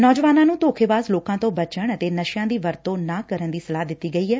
ਨੌਜਵਾਨਾਂ ਨੂੰ ਧੋਖੇਬਾਜ ਲੋਕਾ ਤੋਂ ਬਚਣ ਅਤੇ ਨਸ਼ਿਆਂ ਦੀ ਵਰਤੋਂ ਨਾ ਕਰਨ ਦੀ ਸਲਾਹ ਦਿੱਤੀ ਗਈ ਐ